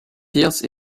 pierce